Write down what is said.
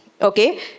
okay